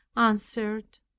answered,